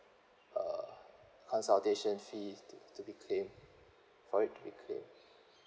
uh consultation fees to to be claimed for it to be claimed